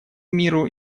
миру